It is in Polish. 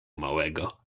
małego